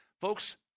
Folks